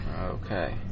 Okay